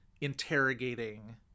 interrogating